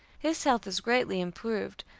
his health is greatly improved,